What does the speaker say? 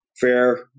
fair